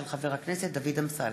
של חבר הכנסת דוד אמסלם.